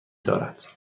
دارد